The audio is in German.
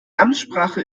amtssprache